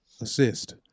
Assist